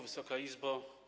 Wysoka Izbo!